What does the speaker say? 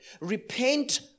Repent